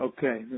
Okay